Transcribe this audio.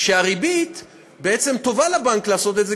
כשהריבית בעצם טובה לבנק לעשות את זה,